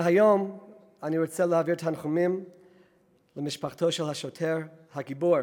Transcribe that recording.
היום אני רוצה להעביר תנחומים למשפחתו של השוטר הגיבור